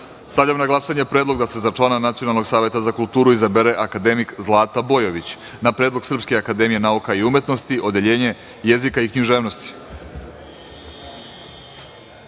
kulturu. Stavljam na glasanje predlog da se za člana Nacionalnog saveta za kulturu izabere akademik Zlata Bojović, na predlog Srpske akademije nauke i umetnosti, Odeljenja jezika i književnosti. Zaključujem